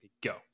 Go